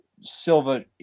Silva